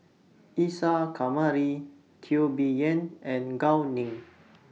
Isa Kamari Teo Bee Yen and Gao Ning